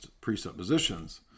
presuppositions